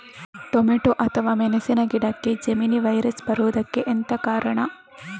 Tomato ಅಥವಾ ಮೆಣಸಿನ ಗಿಡಕ್ಕೆ ಜೆಮಿನಿ ವೈರಸ್ ಬರುವುದಕ್ಕೆ ಎಂತ ಕಾರಣ?